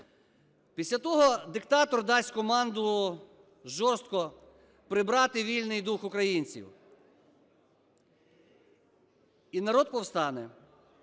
Після того диктатор дасть команду жорстко прибрати вільний дух українців. І народ повстане.